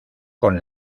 con